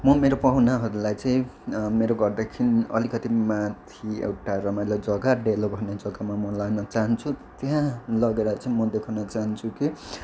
म मेरो पाहुनाहरूलाई चाहिँ मेरो घरदेखिन् अलिकति माथि एउटा रमाइलो जग्गा डेलो भन्ने जग्गामा म लान चाहन्छु त्यहाँ लगेर चाहिँ म देखाउन चाहन्छु कि